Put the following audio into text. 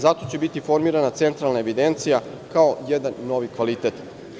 Zato će biti formirana centralna evidencija, kao jedan novi kvalitet.